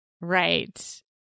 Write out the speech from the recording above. Right